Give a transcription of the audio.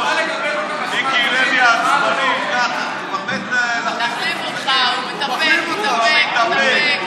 מיקי לוי עצבני, הוא מתחמם על הקווים.